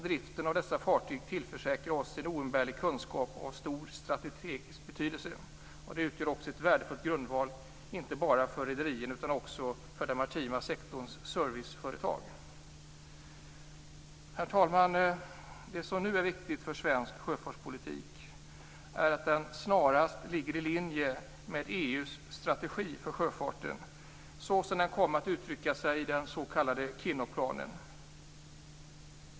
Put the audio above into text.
Driften av dessa fartyg tillförsäkrar oss en oumbärlig kunskap av stor strategisk betydelse. De utgör också en värdefull grundval inte bara för rederierna utan också för den maritima sektorns serviceföretag. Herr talman! Det som nu är viktigt för svensk sjöfartspolitik är att den snarast ligger i linje med EU:s strategi för sjöfarten, såsom den kommer till uttryck i den s.k. Kinnockplanen.